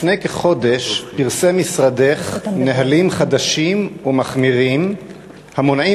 לפני כחודש פרסם משרדך נהלים חדשים ומחמירים המונעים